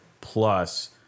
plus